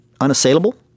unassailable